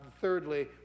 thirdly